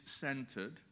centered